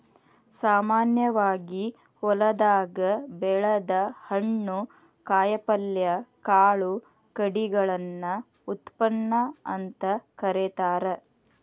ಸಾಮಾನ್ಯವಾಗಿ ಹೊಲದಾಗ ಬೆಳದ ಹಣ್ಣು, ಕಾಯಪಲ್ಯ, ಕಾಳು ಕಡಿಗಳನ್ನ ಉತ್ಪನ್ನ ಅಂತ ಕರೇತಾರ